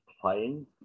playing